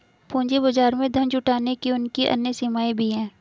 पूंजी बाजार में धन जुटाने की उनकी अन्य सीमाएँ भी हैं